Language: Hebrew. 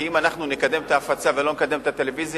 כי אם אנחנו נקדם את ההפצה ולא נקדם את הטלוויזיה,